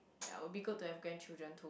ya will be good to have grandchildren too